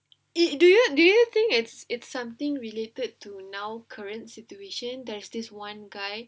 eh you do you do you think it's it's something related to now current situation there's this one guy